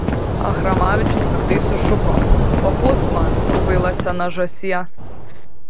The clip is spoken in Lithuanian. achramavičius piktai sušuko papūsk man tu kvaila sena žąsie